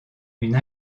une